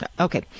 Okay